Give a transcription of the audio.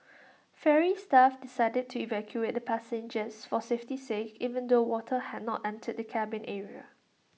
ferry staff decided to evacuate the passengers for safety's sake even though water had not entered the cabin area